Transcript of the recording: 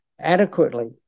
adequately